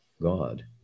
God